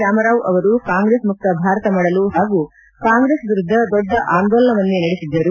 ರಾಮರಾವ್ ಅವರು ಕಾಂಗ್ರೆಸ್ ಮುಕ್ತ ಭಾರತ ಮಾಡಲು ಹಾಗೂ ಕಾಂಗ್ರೆಸ್ ವಿರುದ್ದ ದೊಡ್ಡ ಆಂದೋಲನವನ್ನೇ ನಡೆಸಿದ್ದರು